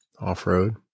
off-road